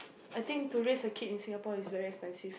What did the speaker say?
I think to raise a kid in Singapore is very expensive